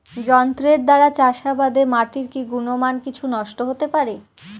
যন্ত্রের দ্বারা চাষাবাদে মাটির কি গুণমান কিছু নষ্ট হতে পারে?